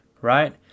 right